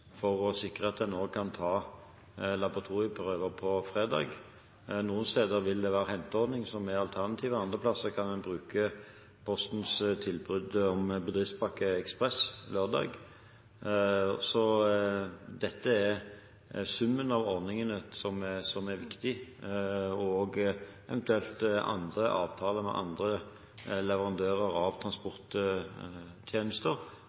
for å sikre at en også kan ta laboratorieprøver på fredag. Noen steder vil det være henteordning som er alternativet, andre steder kan en bruke Postens tilbud om Bedriftspakke Ekspress Lørdag. Det er summen av ordninger som er viktig, eventuelt andre avtaler med andre leverandører av